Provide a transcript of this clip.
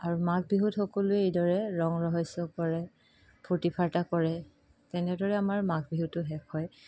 আৰু মাঘ বিহুত সকলোৱে এইদৰে ৰং ৰহইছ কৰে ফূৰ্ত্তি ফাৰ্ত্তা কৰে তেনেদৰে আমাৰ মাঘ বিহুটো শেষ হয়